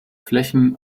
flächen